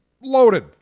Loaded